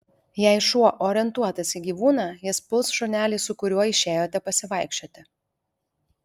jei šuo orientuotas į gyvūną jis puls šunelį su kuriuo išėjote pasivaikščioti